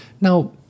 Now